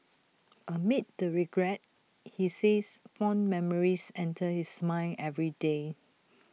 amid the regret he says fond memories enter his mind every day